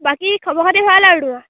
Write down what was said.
বাকী খবৰ খাতি ভাল আৰু তোমাৰ